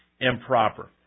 improper